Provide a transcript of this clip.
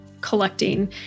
collecting